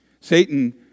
Satan